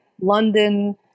London